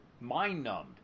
mind-numbed